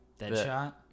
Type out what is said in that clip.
Deadshot